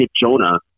Jonah